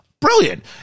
Brilliant